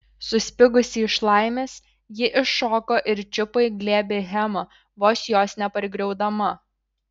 suspigusi iš laimės ji iššoko ir čiupo į glėbį hemą vos jos nepargriaudama